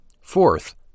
Fourth